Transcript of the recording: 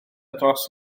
dros